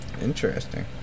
Interesting